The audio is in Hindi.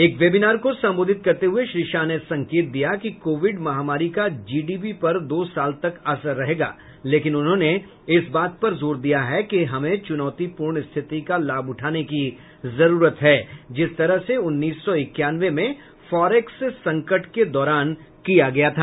एक वेबिनार को संबोधित करते हुए श्री शाह ने संकेत दिया कि कोविड महामारी का जीडीपी पर दो साल तक असर रहेगा लेकिन उन्होंने इस बात पर जोर दिया कि हमें चुनौतीपूर्ण स्थिति का लाभ उठाने की जरूरत है जिस तरह से उन्नीस सौ इक्यानवे में फॉरेक्स संकट के दौरान किया गया था